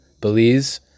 Belize